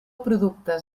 productes